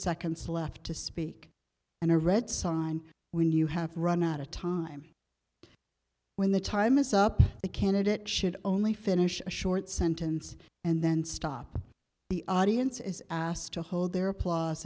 seconds left to speak and a red sign when you have run out of time when the time is up the candidate should only finish a short sentence and then stop the audience is asked to hold their applause